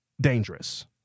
dangerous